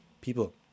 people